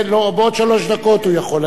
כן, בעוד שלוש דקות הוא יכול.